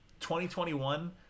2021